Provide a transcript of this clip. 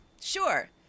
Sure